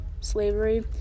slavery